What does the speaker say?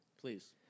Please